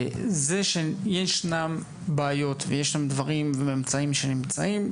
זה שיש בעיות ויש דברים ואמצעים שנמצאים,